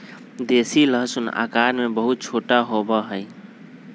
देसी लहसुन आकार में बहुत छोटा होबा हई